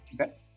Okay